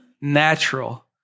natural